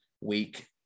week